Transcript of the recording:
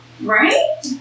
Right